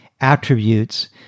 attributes